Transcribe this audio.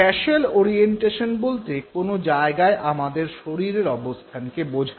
spatial orientation বলতে কোনো জায়গায় আমাদের শরীরের অবস্থানকে বোঝায়